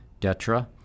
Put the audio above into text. Detra